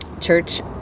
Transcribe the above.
church